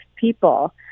people